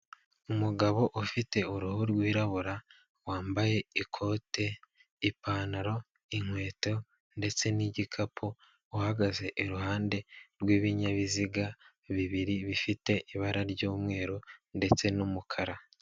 Umugabo ufite uruhu rwirabura wambaye ikote ipantaro inkweto ndetse n'igikapu uhagaze iruhande rw'ibinyabiziga bibiri bifite ibara ry'umweru ndetse n'umukara.